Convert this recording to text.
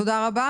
תודה רבה.